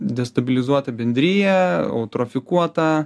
destabilizuota bendrija autrofikuota